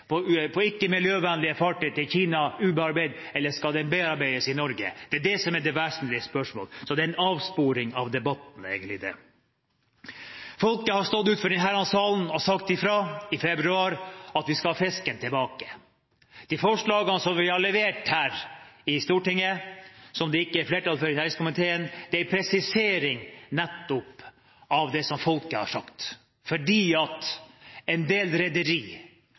ubearbeidet på ikke-miljøvennlige fartøy til Kina, eller skal den bearbeides i Norge? Det er det som er det vesentlige spørsmålet, så det er egentlig en avsporing av debatten. Folket har stått utenfor denne salen i februar og sagt at de vil ha fisken tilbake. De forslagene som vi har levert her i Stortinget, som det ikke er flertall for i næringskomiteen, er en presisering av nettopp det som folket har sagt, fordi en del